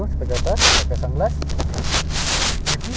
aku punya aku royan kuat belanja